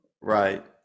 Right